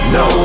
no